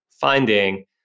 finding